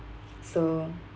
so